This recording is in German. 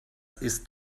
ist